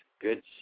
Good